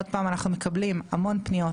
עוד פעם אנחנו מקבלים המון פניות,